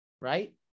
right